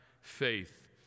faith